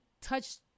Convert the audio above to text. touched